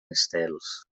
estels